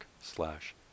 slash